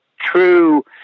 true